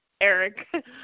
Eric